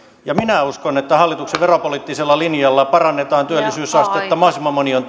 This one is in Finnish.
ja minä uskon että hallituksen veropoliittisella linjalla parannetaan työllisyysastetta mahdollisimman moni on